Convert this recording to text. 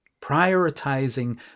prioritizing